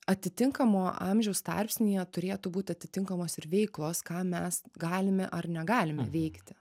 atitinkamo amžiaus tarpsnyje turėtų būti atitinkamos ir veiklos ką mes galime ar negalime veikti